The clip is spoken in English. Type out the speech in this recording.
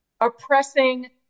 oppressing